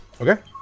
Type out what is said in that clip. Okay